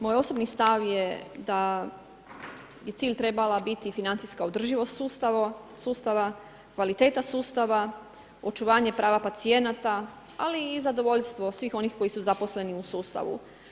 Moj osobni stav je da bi cilj trebala biti financijska održivost sustava, kvaliteta sustava, očuvanje prava pacijenata, ali i zadovoljstvo svih onih koji su zaposleni u sustavu.